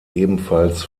ebenfalls